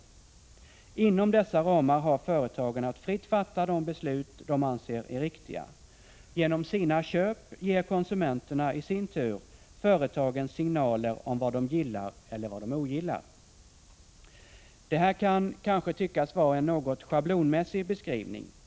Inom dessa ramar har företagen att fritt fatta de beslut som de anser är riktiga. Genom sina köp ger konsumenterna, i sin tur, företagen signaler om vad de gillar och vad de ogillar. Det här kan tyckas vara en något schablonmässig beskrivning.